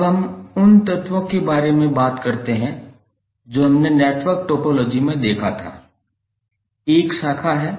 अब हम उन तत्वों के बारे में बात करते हैं जो हमने नेटवर्क टोपोलॉजी में देखा था एक शाखा है